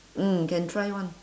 mm can try [one]